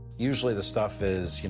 usually the stuff is, you